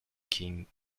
king